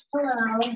Hello